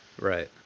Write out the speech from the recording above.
Right